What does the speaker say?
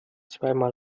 zweimal